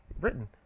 written